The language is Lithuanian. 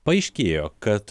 paaiškėjo kad